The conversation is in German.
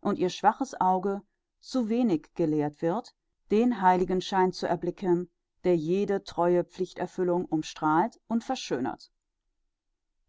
und ihr schwaches auge zu wenig gelehrt wird den heiligenschein zu erblicken der jede treue pflichterfüllung umstrahlt und verschönert